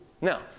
Now